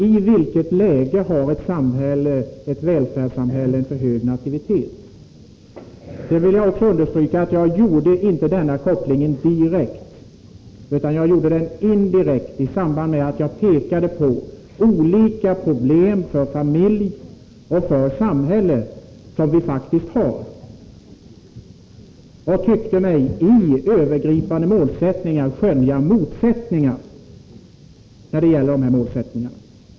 I vilket läge har ett välfärdssamhälle en för hög nativitet? Jag vill också understryka att jag inte gjorde någon direkt koppling mellan nativiteten och abortlagstiftningen. Jag gjorde en indirekt koppling, i samband med att jag pekade på olika problem för familj och samhälle som vi faktiskt har. Jag tyckte mig skönja motsättningar i övergripande målsättningar när det gäller de här frågorna.